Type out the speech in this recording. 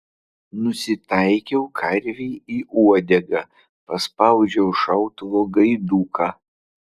nusitaikiau karvei į uodegą paspaudžiau šautuvo gaiduką